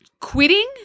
Quitting